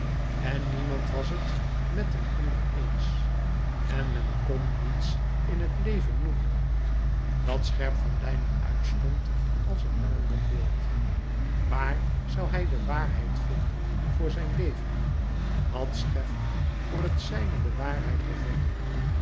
en niemand was het met een ander eens en men kon niets in het leven noemen dat scherp van lijnen uitstond als een marmeren beeld waar zoû hij de waarheid vinden voor zijn leven had scheffer voor het zijne de waarheid gevonden